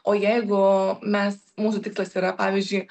o jeigu mes mūsų tikslas yra pavyzdžiui